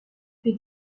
que